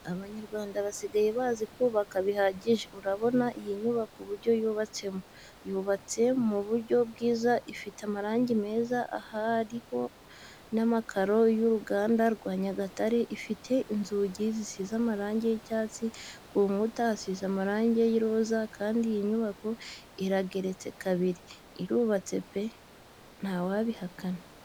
Abanyarwanda basigaye bazi kubaka bihagije. Urabona iyi nyubako uburyo yubatsemo, yubatse mu; buryo bwiza ifite amarangi meza, ahariho n'amakaro y'uruganda rwa Nyagatare, ifite inzugi zisize amarangi y'icyatsi ku nkuta hasize amarangi y'iroza, kandi iyi nyubako irageretse kabiri. Irubatse pe! Ntawabihakana.